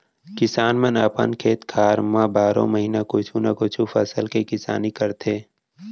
किसान मन अपन खेत खार म बारो महिना कुछु न कुछु फसल के किसानी करथे